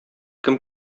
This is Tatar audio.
кем